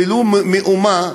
ולו במאומה,